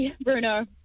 Bruno